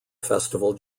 festival